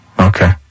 Okay